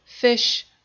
fish